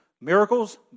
miracles